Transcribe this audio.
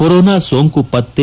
corona ಸೋಂಕು ಪತ್ತೆ